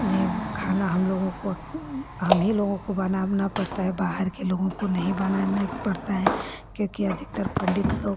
में खाना हम लोगों को हमही लोगों को बनाना पड़ता है बाहर के लोगों को नहीं बनाने पड़ता है क्योंकि अधिकतर पंडित लोग